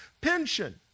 pension